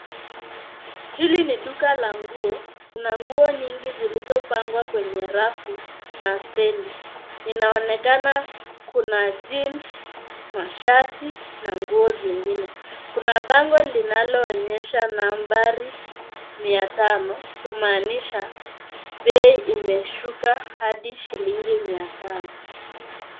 Hili ni duka la nguo. Kuna nguo nyingi zilizopangwa kwenye rafu na stendi. Inaonekana kuna jeans , mashati na nguo zingine. Kuna bango linaloonyesha nambari mia tano kumaanisha bei imeshuka hadi shilingi mia tano.